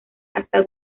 hasta